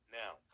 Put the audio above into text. now